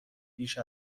بیش